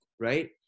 Right